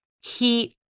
heat